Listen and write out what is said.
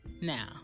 Now